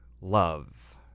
love